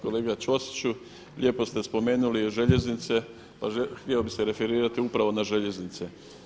Kolega Ćosiću, lijepo ste spomenuli željeznice, pa htio bih se referirati upravo na željeznice.